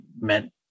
meant